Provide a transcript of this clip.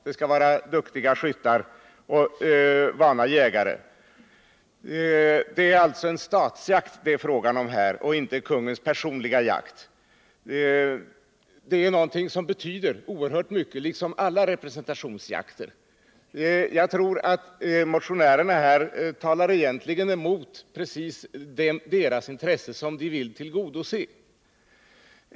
Det skall vara duktiga Det är alltså en statsjakt det är fråga om och inte kungens personliga jakt. Liksom alla representationsjakter betyder denna jakt oerhört mycket. Jag tror att motionärerna talar emot de människors intressen som de vill tillgodose.